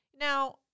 Now